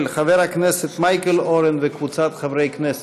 של חבר הכנסת מייקל אורן וקבוצת חברי הכנסת,